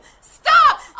Stop